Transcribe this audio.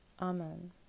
Amen